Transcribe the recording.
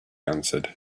answered